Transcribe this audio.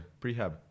prehab